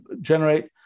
generate